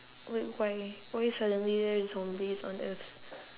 wait why why suddenly there're zombies on earth